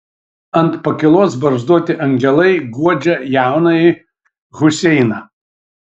ant pakylos barzdoti angelai guodžia jaunąjį huseiną